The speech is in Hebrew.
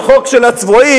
זה חוק של הצבועים,